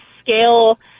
scale